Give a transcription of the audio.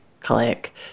Click